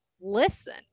listen